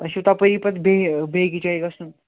اَسہِ چھُو تَپٲری پَتہٕ بیٚیہِ بیٚیِس جایہِ گَژھُن